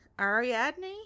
Ariadne